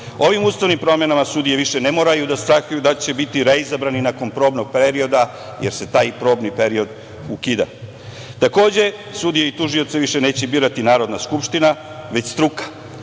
Ovim ustavnim promenama sudije ne moraju više da strahuju da li će biti reizabrani nakon probnog perioda, jer se taj probni period ukida. Takođe, sudije i tužioce više neće birati Narodna skupština, već struka.